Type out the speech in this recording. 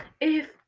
if-